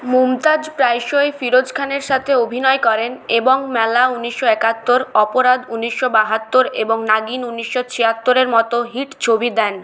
মুমতাজ প্রায়শই ফিরোজ খানের সাথে অভিনয় করেন এবং মেলা উনিশশো একাত্তর অপরাধ উনিশশো বাহাত্তর এবং নাগিন উনিশশো ছিয়াত্তর এর মতো হিট ছবি দেন